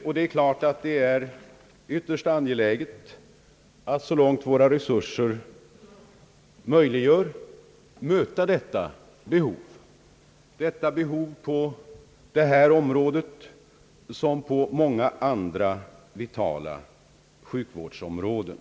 Det är klart att det är ytterst angeläget att möta detta behov så långt våra resurser möjliggör det, behovet på detta område liksom på många andra vitala sjukvårdsområden.